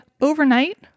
overnight